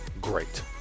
great